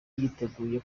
yiteguriye